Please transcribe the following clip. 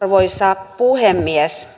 arvoisa puhemies